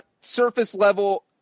surface-level –